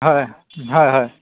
হয় হয় হয়